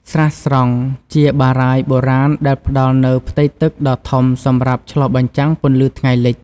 ស្រះស្រង់: ជាបារាយណ៍បុរាណដែលផ្តល់នូវផ្ទៃទឹកដ៏ធំសម្រាប់ឆ្លុះបញ្ចាំងពន្លឺថ្ងៃលិច។